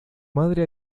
madre